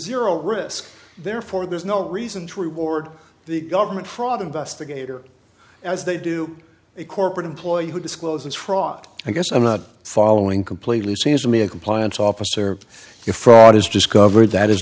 zero risk therefore there's no reason to reward the government fraud investigator as they do a corporate employee who discloses fraught i guess i'm not following completely seems to me a compliance officer if fraud is discovered that is